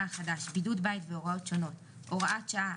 החדש) (בידוד בית והוראות שונות) (הוראת שעה),